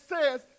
says